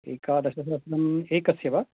एकादशसहस्रम् एकस्य वा